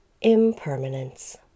Impermanence